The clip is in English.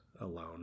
alone